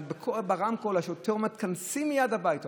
ברמקול השוטר אומר: תיכנסי מייד הביתה.